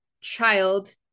child